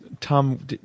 Tom